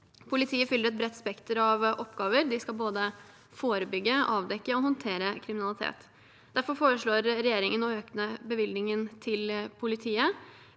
(rammeområde 5) bredt spekter av oppgaver; de skal både forebygge, avdekke og håndtere kriminalitet. Derfor foreslår regjeringen å øke bevilgningen til politiet,